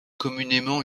communément